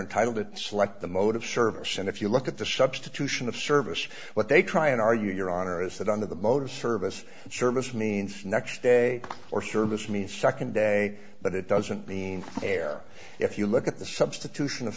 entitled to select the mode of service and if you look at the substitution of service what they try and argue your honor is that under the motor service service means the next day or service means second day but it doesn't mean air if you look at the substitution of